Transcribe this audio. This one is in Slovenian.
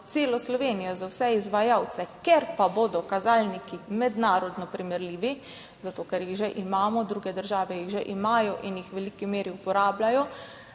celo Slovenijo, za vse izvajalce, ker pa bodo kazalniki mednarodno primerljivi, zato ker jih že imamo, druge države jih že imajo in jih v veliki meri uporabljajo,